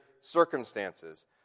circumstances